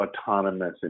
autonomous